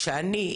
כי כשאני,